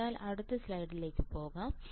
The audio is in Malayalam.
അതിനാൽ അടുത്ത സ്ലൈഡിലേക്ക് പോകാം